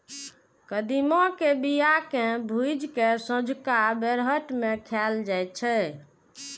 कदीमा के बिया कें भूजि कें संझुका बेरहट मे खाएल जाइ छै